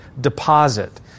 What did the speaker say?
deposit